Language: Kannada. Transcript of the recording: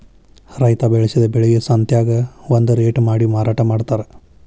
ರೈತಾ ಬೆಳಸಿದ ಬೆಳಿಗೆ ಸಂತ್ಯಾಗ ಒಂದ ರೇಟ ಮಾಡಿ ಮಾರಾಟಾ ಮಡ್ತಾರ